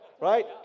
right